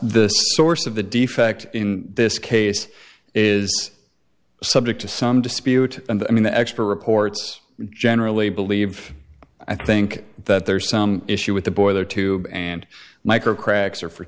the source of the defect in this case is subject to some dispute and i mean the expert reports generally believe i think that there's some issue with the boiler tube and micro cracks or for